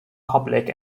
public